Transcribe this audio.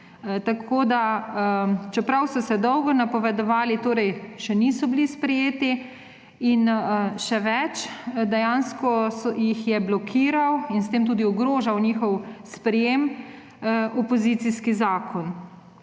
zakon. Čeprav so se dolgo napovedovali, torej še niso bili sprejeti. Še več, dejansko jih je blokiral – in s tem tudi ogrožal njihovo sprejetje – opozicijski zakon.